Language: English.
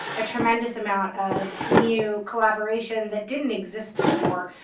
a tremendous amount of new collaboration that didn't exist before